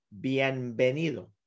Bienvenido